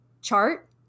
chart